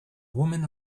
woman